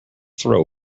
throw